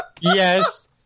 Yes